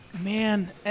Man